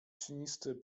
cienisty